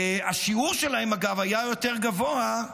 והשיעור שלהם אגב היה יותר גבוה,